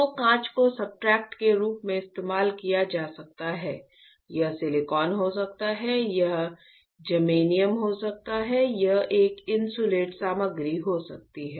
तो कांच को सब्सट्रेट के रूप में इस्तेमाल किया जा सकता है यह सिलिकॉन हो सकता है यह जर्मेनियम हो सकता है यह एक इन्सुलेट सामग्री हो सकती है